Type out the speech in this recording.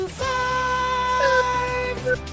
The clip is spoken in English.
five